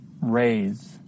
raise